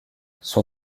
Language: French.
son